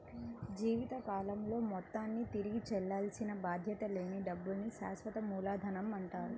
జీవితకాలంలో మొత్తాన్ని తిరిగి చెల్లించాల్సిన బాధ్యత లేని డబ్బుల్ని శాశ్వత మూలధనమంటారు